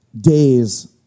days